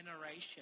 generation